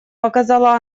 показала